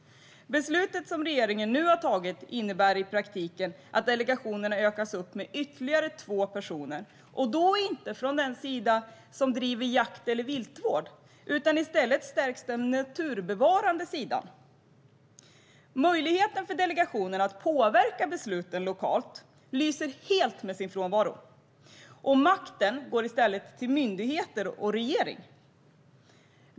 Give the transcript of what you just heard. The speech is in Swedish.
Beslutet som regeringen nu har tagit innebär i praktiken att delegationerna utökas med ytterligare två personer, men de ska inte komma från den sida som driver jakt eller viltvård, utan i stället stärks den naturbevarande sidan. Möjligheten för delegationerna att påverka besluten lokalt lyser helt med sin frånvaro, och makten går i stället till myndigheter och regering.